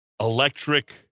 electric